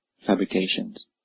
fabrications